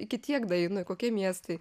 iki tiek daeinu kokie miestai